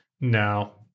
No